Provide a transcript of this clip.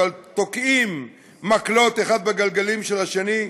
אבל תוקעים מקלות האחד בגלגלים של השני,